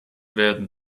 werden